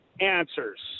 answers